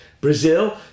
Brazil